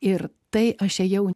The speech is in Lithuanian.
ir tai aš ėjau